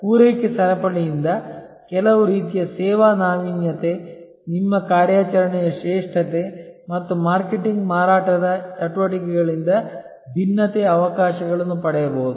ಆದ್ದರಿಂದ ಪೂರೈಕೆ ಸರಪಳಿಯಿಂದ ಕೆಲವು ರೀತಿಯ ಸೇವಾ ನಾವೀನ್ಯತೆ ನಿಮ್ಮ ಕಾರ್ಯಾಚರಣೆಯ ಶ್ರೇಷ್ಠತೆ ಮತ್ತು ಮಾರ್ಕೆಟಿಂಗ್ ಮಾರಾಟದ ಚಟುವಟಿಕೆಗಳಿಂದ ಭಿನ್ನತೆಯ ಅವಕಾಶಗಳನ್ನು ಪಡೆಯಬಹುದು